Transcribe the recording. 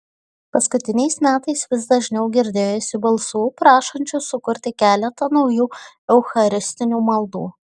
paskutiniais metais vis dažniau girdėjosi balsų prašančių sukurti keletą naujų eucharistinių maldų